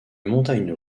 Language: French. montagnes